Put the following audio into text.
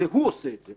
זה הוא עושה את זה.